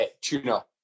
Tuna